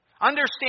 Understand